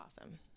awesome